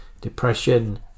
depression